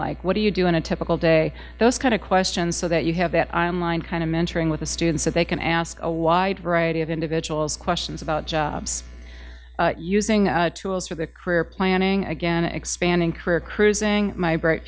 like what do you do in a typical day those kind of questions so that you have that i am lined kind of mentoring with the students so they can ask a wide variety of individuals questions about jobs using tools for their career planning again expanding career cruising my bright